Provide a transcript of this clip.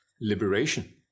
Liberation